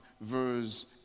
verse